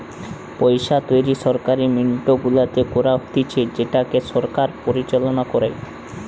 পইসা তৈরী সরকারি মিন্ট গুলাতে করা হতিছে যেটাকে সরকার পরিচালনা করে